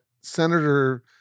senator